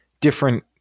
different